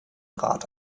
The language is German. rad